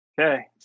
Okay